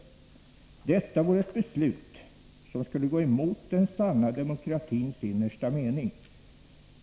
Detta vore ett beslut som skulle gå emot den sanna demokratins innersta mening.